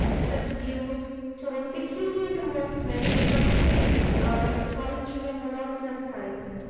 subdued tone peculiar to most men whose occupations of the solitary and monotonous kind.